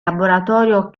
laboratorio